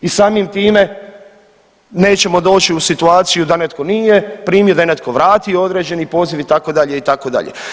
I samim time nećemo doći u situaciju da netko nije primio, da je netko vratio određeni poziv itd. itd.